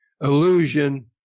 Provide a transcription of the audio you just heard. illusion